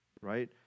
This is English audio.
right